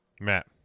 Matt